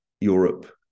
Europe